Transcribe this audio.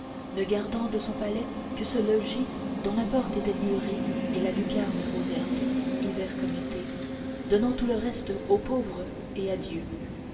ne gardant de son palais que ce logis dont la porte était murée et la lucarne ouverte hiver comme été donnant tout le reste aux pauvres et à dieu